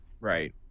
Right